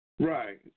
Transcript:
Right